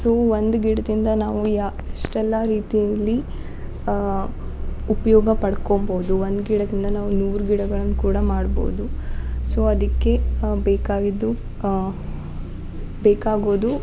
so ಒಂದು ಗಿಡದಿಂದ ನಾವು ಯಾ ಎಷ್ಟೆಲ್ಲ ರೀತಿಯಲ್ಲಿ ಉಪಯೋಗ ಪಡ್ಕೊಳ್ಬೋದು ಒಂದು ಗಿಡದಿಂದ ನಾವು ನೂರು ಗಿಡಗಳನ್ನ ಕೂಡ ಮಾಡ್ಬೋದು ಸೊ ಅದಕ್ಕೆ ಬೇಕಾಗಿದ್ದು ಬೇಕಾಗೋದು